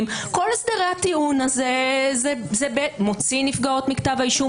כל הסדרי הטיעון זה מוציא נפגעות מכתב האישום,